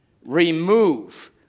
Remove